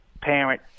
parent